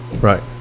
Right